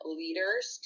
leaders